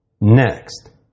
next